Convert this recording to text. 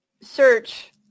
search